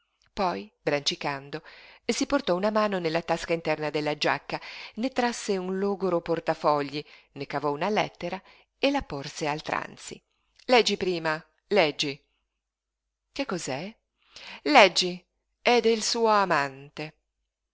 signora poi brancicando si portò una mano nella tasca interna della giacca ne trasse un logoro portafogli ne cavò una lettera e la porse al tranzi leggi prima leggi che cos'è leggi è del suo amante